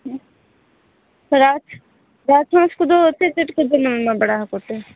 ᱨᱟᱡᱽ ᱨᱟᱡᱽ ᱦᱟᱸᱥ ᱠᱚᱫᱚ ᱪᱮᱫ ᱪᱮᱫ ᱠᱚ ᱡᱚᱢᱮᱢ ᱮᱢᱟ ᱵᱟᱲᱟ ᱟᱠᱚ ᱛᱮ